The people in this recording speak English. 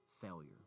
failure